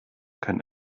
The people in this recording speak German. kann